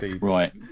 Right